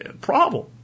problem